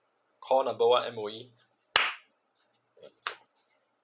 call number one M_O_E